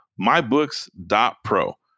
MyBooks.Pro